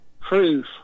proof